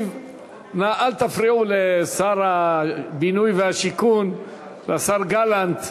אנא, אל תפריעו לשר הבינוי, השר גלנט,